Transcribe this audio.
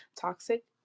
toxic